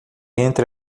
entre